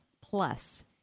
plus